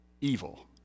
evil